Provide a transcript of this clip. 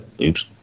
oops